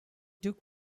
took